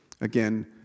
again